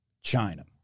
China